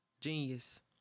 genius